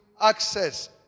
access